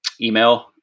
email